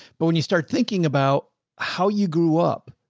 but when you start thinking about how you grew up,